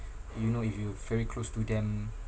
you know if you very close to them